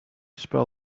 spell